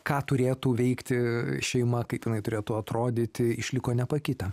ką turėtų veikti šeima kaip jinai turėtų atrodyti išliko nepakitę